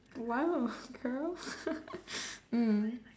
!wow! girl mm